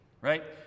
right